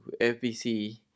FBC